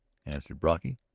answered brocky.